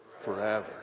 forever